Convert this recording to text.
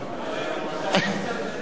רבותי חברי הכנסת,